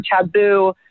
taboo